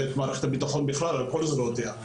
ואת מערכת הביטחון בכלל על כל זרועותיה,